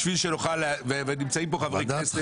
נמצאים פה חברי כנסת,